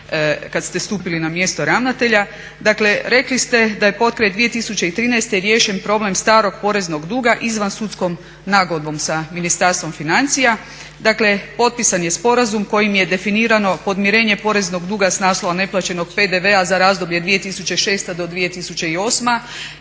kad ste stupili na mjesto ravnatelja. Dakle, rekli ste da je potkraj 2013. riješen problem starog poreznog duga izvan sudskom nagodbom sa Ministarstvom financija. Dakle, potpisan je sporazum kojim je definirano podmirenje poreznog duga s naslova neplaćenog PDV-a za razdoblje 2006. do 2008.